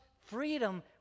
freedom